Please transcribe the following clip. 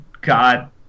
god